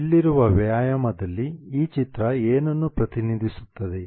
ಇಲ್ಲಿರುವ ವ್ಯಾಯಾಮದಲ್ಲಿ ಈ ಚಿತ್ರ ಏನನ್ನು ಪ್ರತಿನಿಧಿಸುತ್ತದೆ